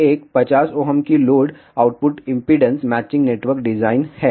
तो हम एक 50Ω की load output impedance matching network design है